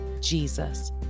Jesus